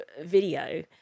video